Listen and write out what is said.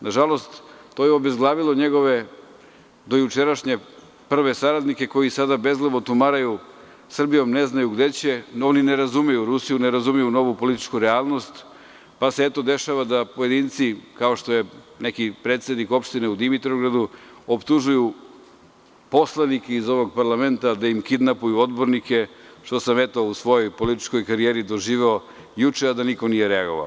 Nažalost to je obezglavilo njegove dojučerašnje prve saradnike koji sada bezglavo tumaraju Srbijom, ne znaju gde će, oni ne razumeju Rusiju, ne razumeju novu političku realnost, pa se eto dešava da pojedinci kao što je neki predsednik opštine Dimitrovgradu, opštužuju poslanike iz ovog parlamenta da im kidnapuju odbornike, što sam retko u svojoj političkoj karijeri doživeo juče, a da niko nije reagovao.